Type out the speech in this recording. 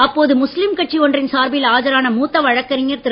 அப்போது முஸ்லீம் கட்சி ஒன்றின் சார்பில் ஆஜரான மூத்த வழக்கறிஞர் திரு